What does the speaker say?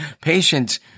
patience